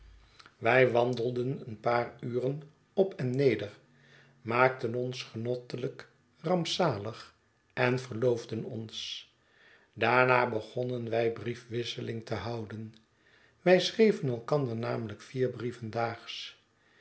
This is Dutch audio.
wij wandelden een paar uren op en neder maakten ons genottelyk rampzalig en verloofden ons daarna begonnen wij briefwisseling te houden wij schreven elkander namelijk vier brieven